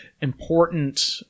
important